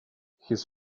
his